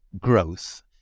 growth